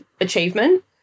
achievement